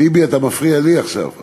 טיבי, אתה מפריע לי עכשיו.